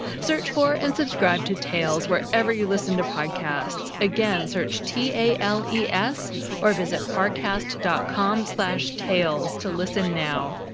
search for and subscribe to tales wherever you listen to podcasts. again, search t a l e s or visit parcast dot com slash tales to listen now.